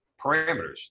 parameters